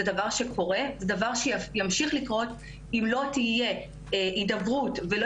קורה וימשיך לקרות אם לא תהיה הידברות ואם